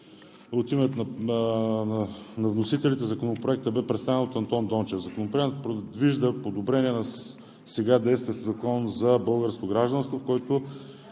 От името на вносителите Законопроектът бе представен от Андон Дончев. Законопроектът предвижда подобрение на сега действащия Закон за българското гражданство, в който